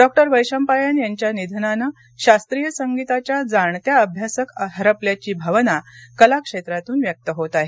doctor Vaishampayan यांच्या निधनानं शास्त्रीय संगीताच्या जाणत्या अभ्यासक हरपल्याची भावना कला क्षेत्रातून व्यक्त होत आहे